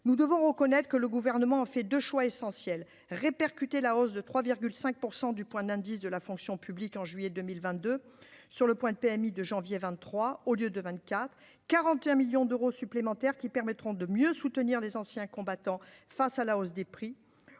nous devons reconnaître que le gouvernement en fait de choix essentiels répercuter la hausse de 3 5 % du point d'indice de la fonction publique en juillet 2022, sur le point de PMI de janvier 23 au lieu de 24 41 millions d'euros supplémentaires qui permettront de mieux soutenir les anciens combattants, face à la hausse des prix,